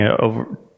over